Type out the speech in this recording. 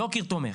לא קיר תומך.